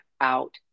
out